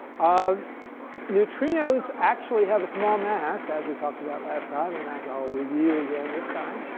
um neutrinos actually have a small mass, as we talked about last time and as i'll review again this time.